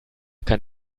kann